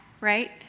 right